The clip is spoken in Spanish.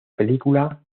película